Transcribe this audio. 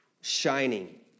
shining